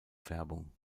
färbung